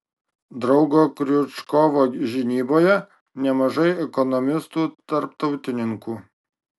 draugo kriučkovo žinyboje nemažai ekonomistų tarptautininkų